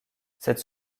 cette